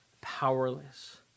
powerless